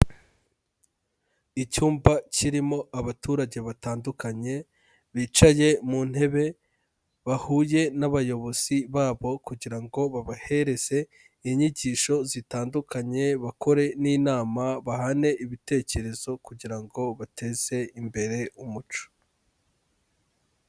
Icyumba kirimo abaturage batandukanye bicaye mu ntebe, bahuye n'abayobozi babo kugira ngo babahereze inyigisho zitandukanye, bakore n'inama, bahane ibitekerezo kugira ngo bateze imbere umuco.